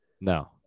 No